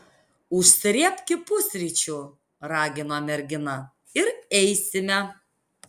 užsrėbki pusryčių ragino mergina ir eisime